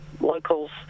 locals